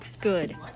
Good